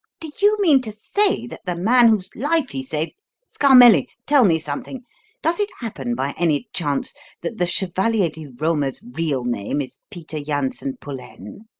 do you mean to say that the man whose life he saved scarmelli tell me something does it happen by any chance that the chevalier di roma's real name is peter janssen pullaine?